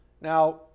Now